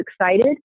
excited